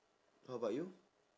how about you